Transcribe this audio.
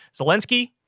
Zelensky